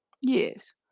Yes